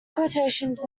quotations